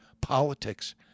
politics